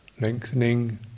Lengthening